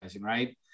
right